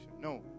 No